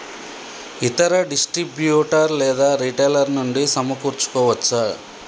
ఇతర డిస్ట్రిబ్యూటర్ లేదా రిటైలర్ నుండి సమకూర్చుకోవచ్చా?